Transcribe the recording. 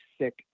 sick